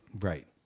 Right